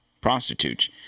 prostitutes